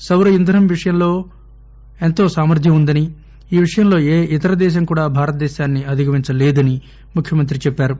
సౌర ఇంధనం విషయంలో ఎంతో సామర్గం ఉందని ఈ విషయంలో ఏ ఇతర దేశం కూడా భారత్ను అధిగమించలేదని ముఖ్యమంత్రి చెప్పారు